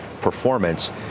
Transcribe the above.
performance